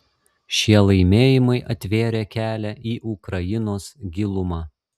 šie laimėjimai atvėrė kelią į ukrainos gilumą